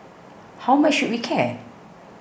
how much should we care